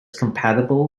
compatible